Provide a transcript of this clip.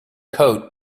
coat